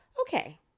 Okay